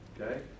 okay